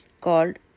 called